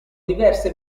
diverse